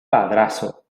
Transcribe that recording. padrazo